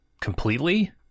completely